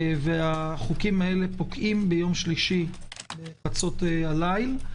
החוקים הללו פוקעים ביום שלישי בחצות הליל.